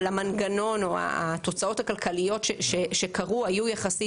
אבל המנגנון או התוצאות הכלכליות שקרו היו יחסית